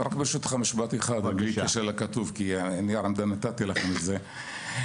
ברשותך משפט אחד בלי קשר לכתוב כי נתתי לכם את נייר העמדה.